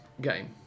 game